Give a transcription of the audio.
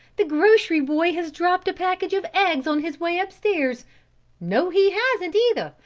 the grocery boy has dropped a package of eggs on his way up stairs. no he hasn't either,